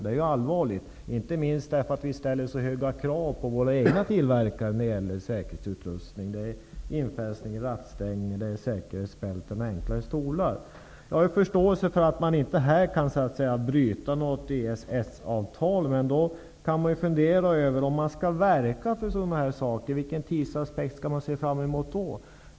Det är allvarligt, inte minst därför att vi ställer så höga krav på våra egna tillverkare när det gäller säkerhetsutrustning. Det är infästning i rattstänger, det är säkerhetsbälten och enklare stolar. Jag har förståelse för att man inte kan bryta något EES-avtal. Men om man skall verka för sådana här saker, vilken tidsaspekt skall man då se fram emot?